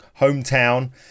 hometown